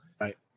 Right